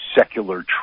secular